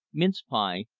mince pie,